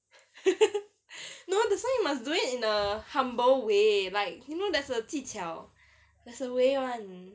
no that's why you must do it in a humble way like you know there's a 技巧 there's a way [one]